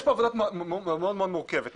יש פה עבודה מאוד מאוד מורכבת.